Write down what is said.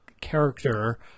character